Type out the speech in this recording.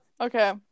okay